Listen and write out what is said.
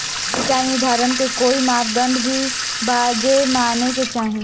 सिचाई निर्धारण के कोई मापदंड भी बा जे माने के चाही?